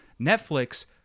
Netflix